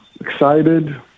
excited